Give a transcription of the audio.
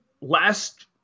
Last